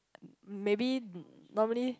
maybe normally